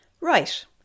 Right